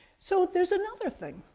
so there's another thing,